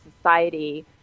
society